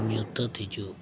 ᱧᱩᱛᱟᱹᱛ ᱦᱤᱡᱩᱜ